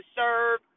serve